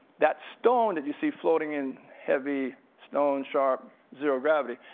that stone that you see floating in heavy, stone-sharp zero gravity,